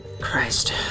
Christ